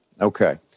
Okay